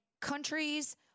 countries